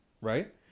right